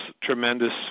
tremendous